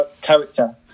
character